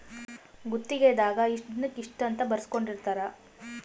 ಗುತ್ತಿಗೆ ದಾಗ ಇಷ್ಟ ದಿನಕ ಇಷ್ಟ ಅಂತ ಬರ್ಸ್ಕೊಂದಿರ್ತರ